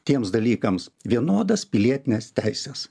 tiems dalykams vienodas pilietines teises